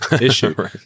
issue